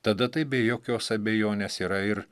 tada tai be jokios abejonės yra ir